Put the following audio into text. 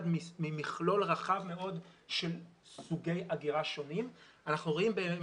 ממכלול רחב מאוד של סוגי אגירה שונים - אנחנו רואים את